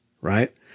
right